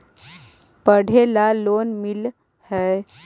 पढ़े ला लोन मिल है?